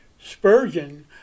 Spurgeon